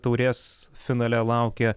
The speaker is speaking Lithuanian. taurės finale laukia